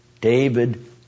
David